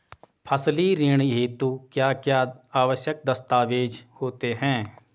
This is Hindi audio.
फसली ऋण हेतु क्या क्या आवश्यक दस्तावेज़ होते हैं?